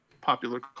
popular